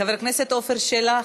חבר הכנסת עפר שלח,